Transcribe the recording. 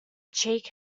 cheek